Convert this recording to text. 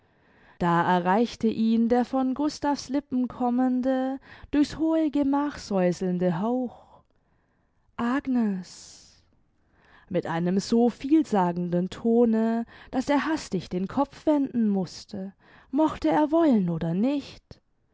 da erreichte ihn der von gustav's lippen kommende durch's hohe gemach säuselnde hauch agnes mit einem so vielsagenden tone daß er hastig den kopf wenden mußte mochte er wollen oder nicht